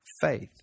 faith